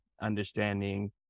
understanding